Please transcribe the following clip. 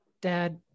dad